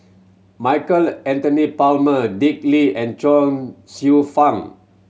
Michael Anthony Palmer Dick Lee and Chuang Fang